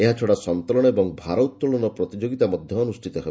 ଏହାଛଡ଼ା ସନ୍ତରଣ ଓ ଭାର ଉତ୍ତୋଳନ ପ୍ରତିଯୋଗିତା ମଧ୍ୟ ଅନୁଷ୍ଠିତ ହେବ